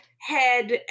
head